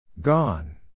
Gone